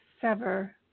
sever